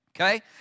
Okay